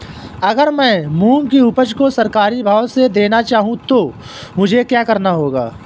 अगर मैं मूंग की उपज को सरकारी भाव से देना चाहूँ तो मुझे क्या करना होगा?